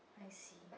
I see